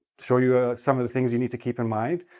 show you ah some of the things you need to keep in mind,